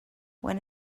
when